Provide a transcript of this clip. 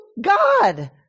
God